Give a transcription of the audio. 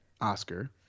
Oscar